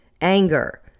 Anger